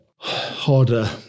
harder